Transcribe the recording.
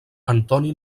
antoni